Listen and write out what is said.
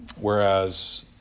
Whereas